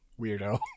Weirdo